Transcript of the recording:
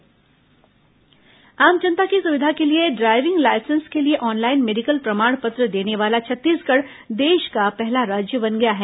online medical प्रमाण पत्र आम जनता की सुविधा के लिए ड्राइविंग लाइसेन्स के लिए ऑनलाइन मेडिकल प्रमाण पत्र देने वाला छत्तीसगढ़ देश का पहला राज्य बन गया है